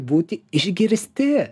būti išgirsti o kai nori